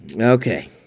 Okay